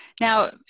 Now